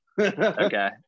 Okay